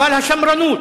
אבל השמרנות,